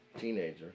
teenager